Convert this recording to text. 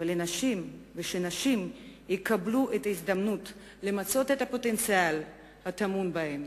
ונשים יקבלו את ההזדמנות למצות את הפוטנציאל הטמון בהן.